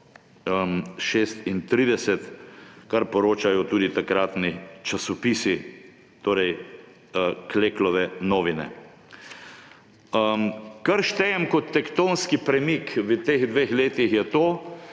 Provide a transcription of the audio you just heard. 1936, kar poročajo tudi takratni časopisi, torej Kleklove Novine. Kar štejem kot tektonski premik v teh dveh letih je to,